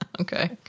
Okay